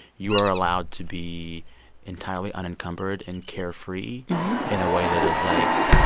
you are allowed to be entirely unencumbered and carefree in a way that is, like,